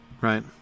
Right